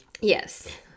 Yes